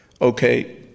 Okay